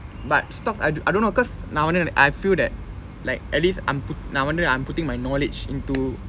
but stocks I do~ I don't know cause நா வந்து:naa vanthu I feel that like at least I'm pu~ நா வந்து:naa vanthu I'm putting my knowledge into